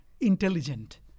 intelligent